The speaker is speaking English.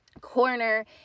corner